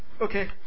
okay